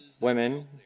women